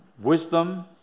wisdom